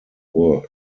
world